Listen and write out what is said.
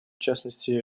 частности